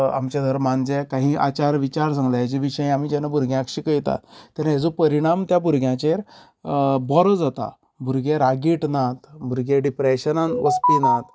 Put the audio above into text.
आमच्या धर्मान जे काही आचार विचार सगल्याचे विचार जेन्ना आमी भूरग्यांक शिकयता तेन्ना हेचो परिणाम त्या भुरग्यांचेर बरो जाता भुरगे रागीट ना भुरगे डिप्रेशनान वचपी नात